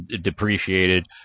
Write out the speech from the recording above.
depreciated